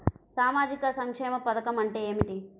సామాజిక సంక్షేమ పథకం అంటే ఏమిటి?